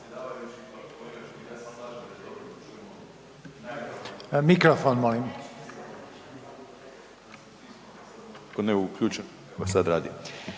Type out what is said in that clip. Mikrofon, molim.